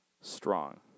strong